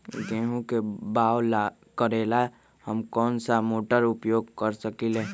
गेंहू के बाओ करेला हम कौन सा मोटर उपयोग कर सकींले?